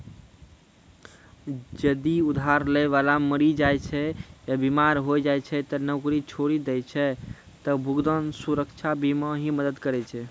जदि उधार लै बाला मरि जाय छै या बीमार होय जाय छै या नौकरी छोड़ि दै छै त भुगतान सुरक्षा बीमा ही मदद करै छै